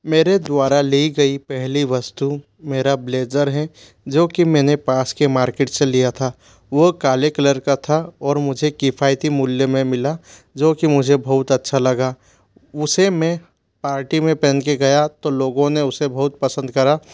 मेरे द्वारा ली गई पहली वस्तु मेरा ब्लेजर है जोकि मैंने पास के मार्किट से लिया था वो काले कलर का था और मुझे किफायती मूल्य में मिला जोकि मुझे बहुत अच्छा लगा उसे मैं पार्टी में पहन के गया तो लोगों ने उसे बहुत पसंद करा